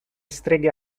streghe